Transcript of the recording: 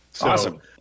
Awesome